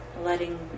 letting